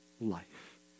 life